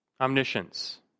Omniscience